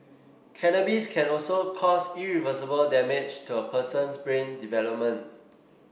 cannabis can also cause irreversible damage to a person's brain development